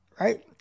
right